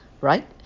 Right